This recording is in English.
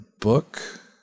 book